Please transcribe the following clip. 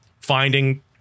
finding